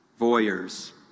voyeurs